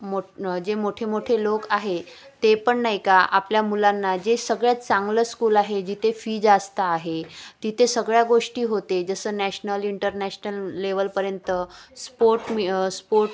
मोठे न जे मोठे मोठे लोक आहे ते पण नाही का आपल्या मुलांना जे सगळ्यात चांगलं स्कूल आहे जिथे फी जास्त आहे तिथे सगळ्या गोष्टी होते जसं नॅशनल इंटरनॅशनल लेवलपर्यंत स्पोर्ट मी स्पोर्ट